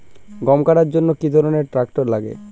গম কাটার জন্য কি ধরনের ট্রাক্টার লাগে?